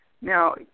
Now